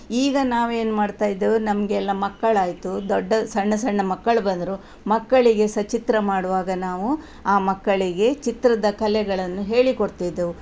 ಈಗ ನಾವು ಏನು ಮಾಡ್ತಾ ಇದ್ದೇವೆ ನಮಗೆಲ್ಲ ಮಕ್ಕಳಾಯಿತು ದೊಡ್ಡ ಸಣ್ಣ ಸಣ್ಣ ಮಕ್ಕಳು ಬಂದರು ಮಕ್ಕಳಿಗೆ ಸಹ ಚಿತ್ರ ಮಾಡುವಾಗ ನಾವು ಆ ಮಕ್ಕಳಿಗೆ ಚಿತ್ರದ ಕಲೆಗಳನ್ನು ಹೇಳಿಕೊಡ್ತಿದ್ದೆವು